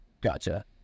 gotcha